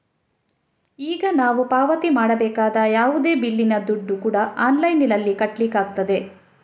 ಈಗ ನಾವು ಪಾವತಿ ಮಾಡಬೇಕಾದ ಯಾವುದೇ ಬಿಲ್ಲಿನ ದುಡ್ಡು ಕೂಡಾ ಆನ್ಲೈನಿನಲ್ಲಿ ಕಟ್ಲಿಕ್ಕಾಗ್ತದೆ